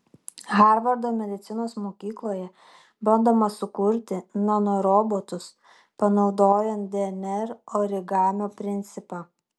harvardo medicinos mokykloje bandoma sukurti nanorobotus panaudojant dnr origamio principą